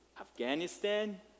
Afghanistan